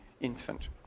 infant